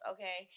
Okay